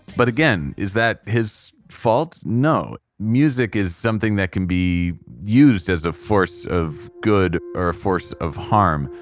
but again, is that his fault? no. music is something that can be used as a force of good or a force of harm,